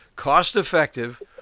cost-effective